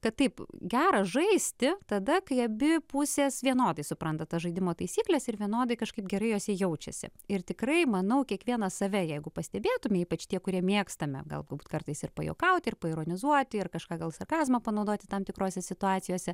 kad taip gera žaisti tada kai abi pusės vienodai supranta tą žaidimo taisykles ir vienodai kažkaip gerai jose jaučiasi ir tikrai manau kiekvienas save jeigu pastebėtume ypač tie kurie mėgstame galbūt kartais ir pajuokauti ir paironizuoti ir kažką gal sarkazmo panaudoti tam tikrose situacijose